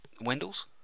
Wendells